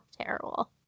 terrible